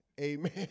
Amen